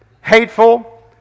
hateful